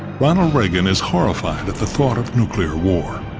ronald reagan is horrified at the thought of nuclear war.